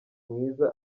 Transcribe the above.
mwiza